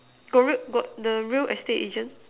got real got the real estate agent